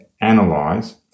analyze